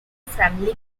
from